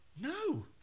No